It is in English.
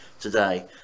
today